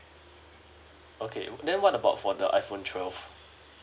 okay then what about for the iphone twelve